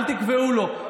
אל תקבעו לו.